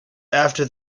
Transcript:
after